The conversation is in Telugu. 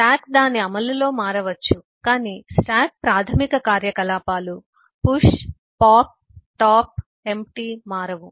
స్టాక్ దాని అమలులో మారవచ్చు కాని స్టాక్ ప్రాథమిక కార్యకలాపాలు పుష్ పాప్ టాప్ ఎమ్టి మారవు